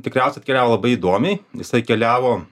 tikriausiai atkeliavo labai įdomiai jisai keliavo